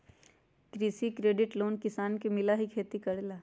कृषि credit loan किसान के मिलहई खेती करेला?